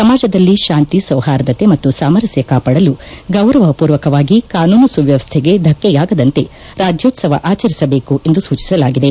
ಸಮಾಜದಲ್ಲಿ ಶಾಂತಿ ಸೌಹಾರ್ದತೆ ಮತ್ತು ಸಾಮರಸ್ಯ ಕಾಪಾಡಲು ಗೌರವ ಪೂರಕವಾಗಿ ಕಾನೂನು ಸುವ್ಕವಸ್ಥೆಗೆ ಧಕ್ಕೆಯಾಗದಂತೆ ರಾಜ್ಕೋತ್ಸವ ಆಚರಿಸಬೇಕು ಎಂದು ಸೂಚಿಸಲಾಗಿದೆ